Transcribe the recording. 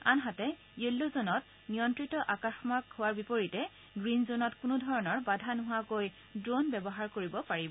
আনহাতে yellow zone নিয়ন্ত্ৰিত আকাশমাৰ্গ হোৱাৰ বিপৰীতে আৰু গ্ৰীণ জনত কোনো ধৰণৰ বাধা নোহোৱাকৈ ড্ৰন ব্যৱহাৰ কৰিব পাৰিব